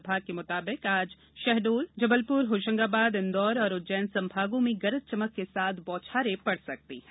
विभाग के मुताबिक आज शहडालेजबलपुरहोशंगाबादइन्दौर और उज्जैन संभागों में गरज चमक के साथ बौछारे पड़ सकती है